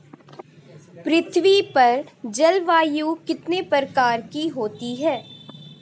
पृथ्वी पर जलवायु कितने प्रकार की होती है?